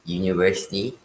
university